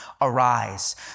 arise